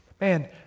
Man